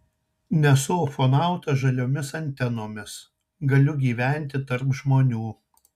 nesu ufonautas žaliomis antenomis galiu gyventi tarp žmonių